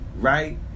Right